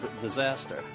disaster